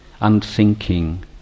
unthinking